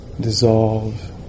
dissolve